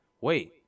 wait